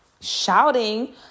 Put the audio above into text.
shouting